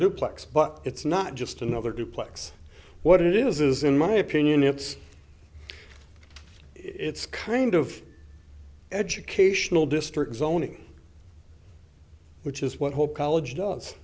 duplex but it's not just another duplex what it is is in my opinion it's it's kind of educational district zoning which is what whole college does